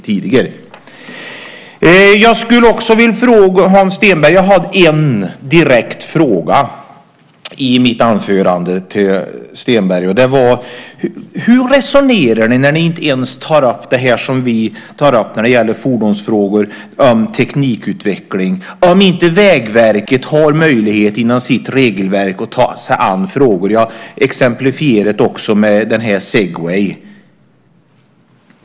Jag hade en direkt fråga till Hans Stenberg i mitt anförande, nämligen: Hur resonerar ni när ni inte ens tar upp det som vi säger om teknikutveckling av fordon - ifall Vägverket inte har möjlighet att inom sitt regelverk ta sig an dessa frågor? Jag exemplifierade detta med Segway.